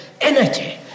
energy